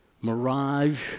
mirage